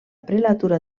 prelatura